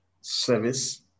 service